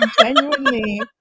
genuinely